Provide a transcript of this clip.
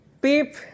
peep